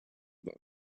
them